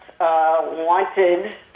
wanted